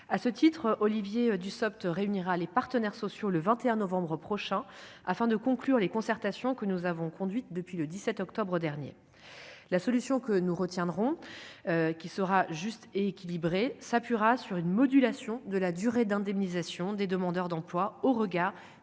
à ce titre, Olivier Dussopt réunira les partenaires sociaux le 21 novembre prochain afin de conclure les concertations que nous avons conduite depuis le 17 octobre dernier la solution que nous retiendrons qui sera juste et équilibré, s'appuiera sur une modulation de la durée d'indemnisation des demandeurs d'emploi au regard des opportunités